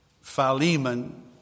Philemon